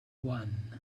one